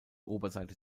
oberseite